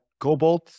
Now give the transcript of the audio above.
Gobolt